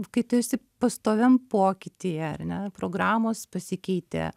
kai tu esi pastoviam pokytyje ar ne programos pasikeitė